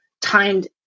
timed